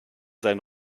sein